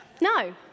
No